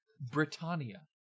Britannia